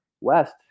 West